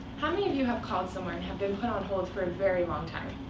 how many of you have called somewhere and have been put on hold for a very long time?